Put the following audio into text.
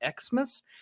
Xmas